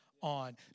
on